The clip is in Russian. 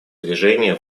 движение